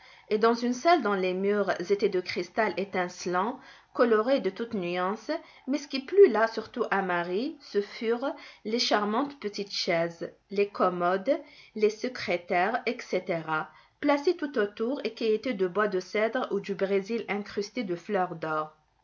et dans une salle dont les murs étaient de cristal étincelant coloré de toutes nuances mais ce qui plut là surtout à marie ce furent les charmantes petites chaises les commodes les secrétaires etc placés tout autour et qui étaient de bois de cèdre ou du brésil incrustés de fleurs d'or